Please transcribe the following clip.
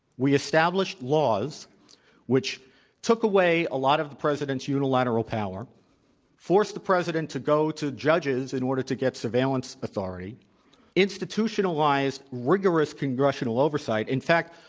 we established laws which took away a lot of the president's unilateral power forced the president to go to judges in order to get surveillance authority institutionalized rigorous congressional oversight. in fact,